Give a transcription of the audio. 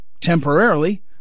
temporarily